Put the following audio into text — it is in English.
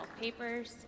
papers